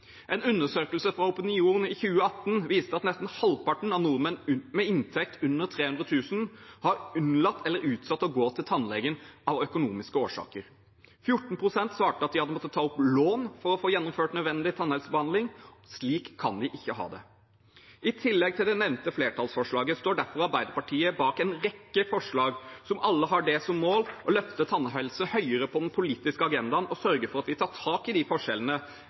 En undersøkelse fra Opinion i 2018 viste at nesten halvparten av nordmenn med inntekt under 300 000 kr har unnlatt eller utsatt å gå til tannlegen av økonomiske årsaker. 14 pst. svarte at de hadde måttet ta opp lån for å få gjennomført nødvendig tannhelsebehandling. Slik kan vi ikke ha det. I tillegg til det nevnte flertallsforslaget står derfor Arbeiderpartiet bak en rekke forslag som alle har som mål å løfte tannhelse høyere på den politiske agendaen og sørge for at vi tar tak i de forskjellene